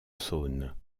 saône